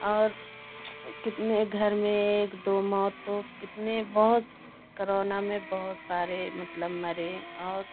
और कितने घर में एक दो मौत तो कितने बहुत करोना में बहुत सारे मतलब मरे और